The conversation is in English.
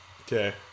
Okay